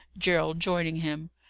gerald joining him.